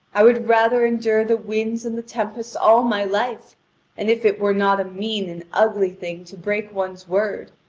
i would rather endure the winds and the tempests all my life and if it were not a mean and ugly thing to break one's word,